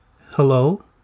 Hello